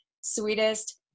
sweetest